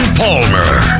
palmer